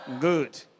Good